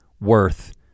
worth